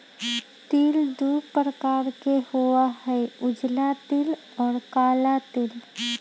तिल दु प्रकार के होबा हई उजला तिल और काला तिल